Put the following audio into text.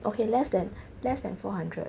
okay less than less than four hundred